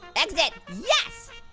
exit, yes!